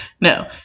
No